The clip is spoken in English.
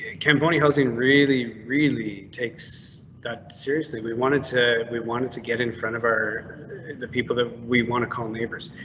campone housing really really takes that seriously. we wanted to. we wanted to get in front of are the people that we want to call neighbors.